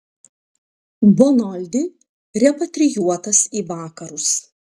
bonoldi repatrijuotas į vakarus